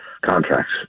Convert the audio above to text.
contracts